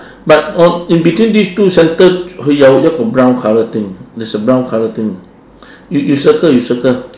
but on in between this two centre keoi jau jat go brown colour thing there's a brown colour thing you you circle you circle